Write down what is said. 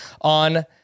on